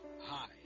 Hi